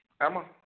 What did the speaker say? Emma